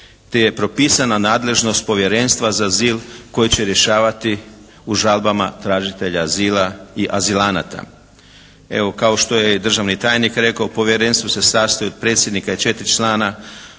te je propisana nadležnost Povjerenstva za azil koje će rješavati u žalbama tražitelja azila i azilanata. Evo, kao što je i državni tajnik rekao, povjerenstvo se sastoji od predsjednika i četiri člana